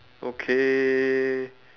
okay